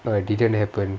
no it didn't happen